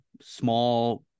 small